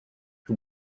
who